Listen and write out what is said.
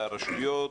והרשויות,